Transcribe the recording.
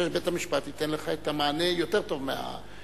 שבית-המשפט ייתן לך מענה יותר טוב מהוועדה.